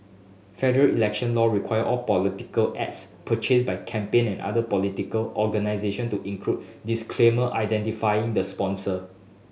federal election law require all political ads purchased by campaign and other political organisation to include disclaimer identifying the sponsor